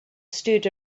stood